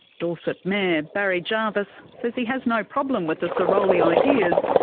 dorset mayor barry jarvis says he has no problem with the sirolli ideas,